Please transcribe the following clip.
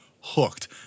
hooked